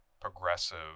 progressive